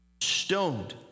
Stoned